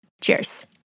cheers